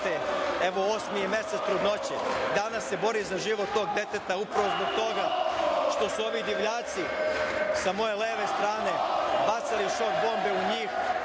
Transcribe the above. evo, osmi je mesec trudnoće, danas se bori za život tog deteta, upravo zbog toga što su ovi divljaci sa moje leve strane bacali šok bombe u njih,